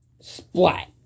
Splat